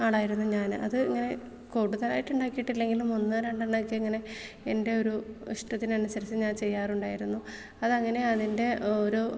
ആളായിരുന്നു ഞാൻ അത് ഞാൻ കൂടുതലായിട്ട് ഉണ്ടാക്കിയിട്ടില്ലെങ്കിലും ഒന്നോ രണ്ടെണ്ണോക്കെ ഇങ്ങനെ എൻ്റെ ഒരു ഇഷ്ടത്തിന് അനുസരിച്ച് ഞാൻ ചെയ്യാറുണ്ടായിരുന്നു അത് അങ്ങനെ അതിൻ്റെ ഓരോ